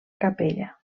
capella